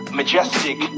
majestic